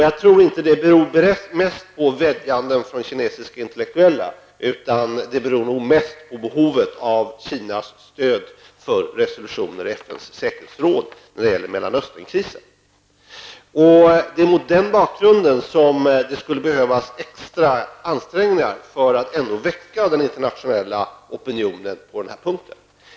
Jag tror inte att det mest beror på vädjanden från kinesiska intellektuella, utan det beror nog mest på behov av Kinas stöd för resolutioner i FNs säkerhetsråd när det gäller Det är mot den bakgrunden som det skulle behövas extra ansträngningar för att ändå väcka den internationella opinionen på den här punkten.